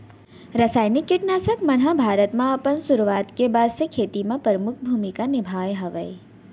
रासायनिक किट नाशक मन हा भारत मा अपन सुरुवात के बाद से खेती मा परमुख भूमिका निभाए हवे